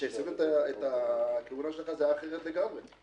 כשסיימת את הכהונה שלך זה היה אחרת לגמרי,